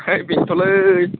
है बेनोथ'लै